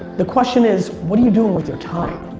the question is, what are you doing with your time?